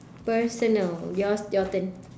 personal yours your turn